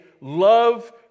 love